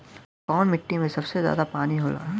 कौन मिट्टी मे सबसे ज्यादा पानी होला?